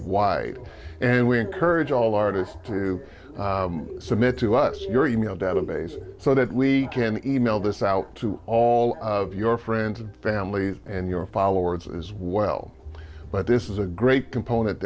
worldwide and we encourage all artists to submit to us your e mail database so that we can e mail this out to all of your friends and family and your followers as well but this is a great component